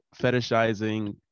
fetishizing